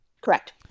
Correct